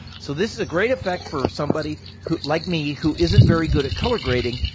so this is a great effect for somebody who like me who isn't very good at color grading,